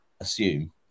assume